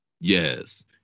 yes